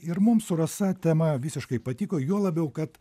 ir mums su rasa tema visiškai patiko juo labiau kad